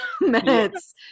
minutes